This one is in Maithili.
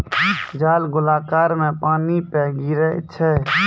जाल गोलाकार मे पानी पे गिरै छै